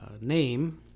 name